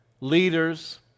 leaders